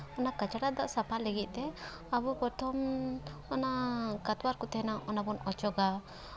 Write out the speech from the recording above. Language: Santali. ᱚᱱᱟ ᱠᱟᱪᱲᱟ ᱫᱟᱜ ᱥᱟᱯᱷᱟ ᱞᱟᱹᱜᱤᱫ ᱛᱮ ᱟᱵᱚ ᱯᱨᱚᱛᱷᱚᱢ ᱚᱱᱟ ᱠᱟᱛᱣᱟᱨ ᱠᱚ ᱛᱟᱦᱮᱱᱟ ᱚᱱᱟ ᱵᱚᱱ ᱚᱪᱚᱜᱟ